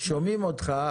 שומעים אותך,